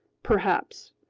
perhaps.